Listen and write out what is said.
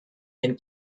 and